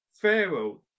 pharaoh